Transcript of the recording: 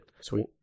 Sweet